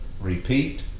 repeat